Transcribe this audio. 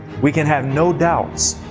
we can have no doubts,